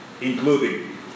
including